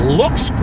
looks